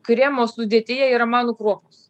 kremo sudėtyje yra manų kruopos